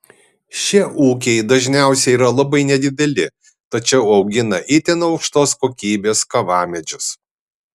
šie ūkiai dažniausiai yra labai nedideli tačiau augina itin aukštos kokybės kavamedžius